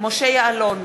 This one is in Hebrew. משה יעלון,